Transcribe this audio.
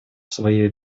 своей